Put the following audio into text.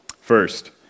First